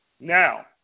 Now